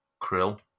Krill